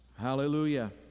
hallelujah